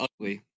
ugly